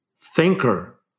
thinker